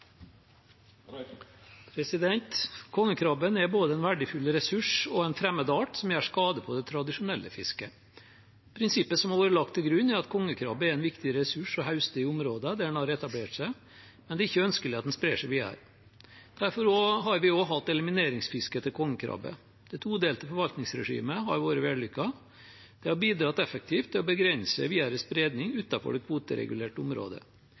både en verdifull ressurs og en fremmed art som gjør skade på det tradisjonelle fisket. Prinsippet som har vært lagt grunn, er at kongekrabbe er en viktig ressurs å høste i områder der den har etablert seg, men det er ikke ønskelig at den sprer seg videre. Derfor har vi også hatt desimeringsfiske etter kongekrabbe. Det todelte forvaltningsregimet har vært vellykket, det har bidratt effektivt til å begrense videre spredning utenfor det kvoteregulerte området.